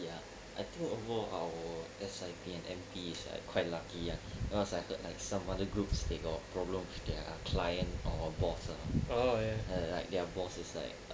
ya I overall our S_I_P and M_P is like quite lucky ah because I heard some other groups they got problems with their client or boss uh uh like their boss is like